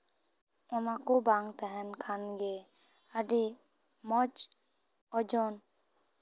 ᱚᱱᱟ ᱠᱚ ᱵᱟᱝ ᱛᱟᱦᱮᱱ ᱠᱷᱟᱱᱜᱮ ᱟᱹᱰᱤ ᱢᱚᱡᱽ ᱚᱡᱚᱱ